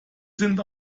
sind